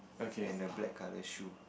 and a black colour shoe